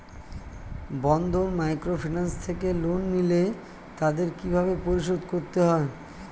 বন্ধন microfinance থেকে loan নিলে তাদের কিভাবে পরিশোধ করতে হয়?